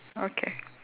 okay